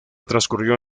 transcurrió